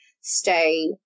stay